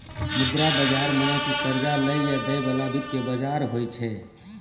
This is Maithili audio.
मुद्रा बजार मने कि कर्जा लै या दै बाला वित्तीय बजार होय छै